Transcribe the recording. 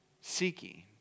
seeking